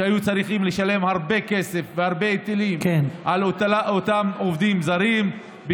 שהיו צריכים לשלם הרבה כסף והרבה היטלים על אותם עובדים זרים.